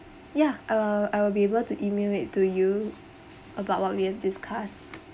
yeah I will I will be able to email it to you about what we have discussed